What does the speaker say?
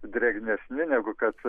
drėgnesni negu kad